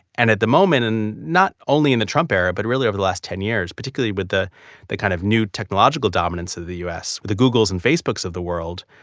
and at the moment, and not only in the trump era but really over the last ten years, particularly with the the kind of new technological dominance of the u s, with the googles and facebooks of the world,